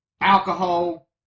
alcohol